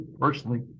personally